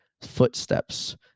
footsteps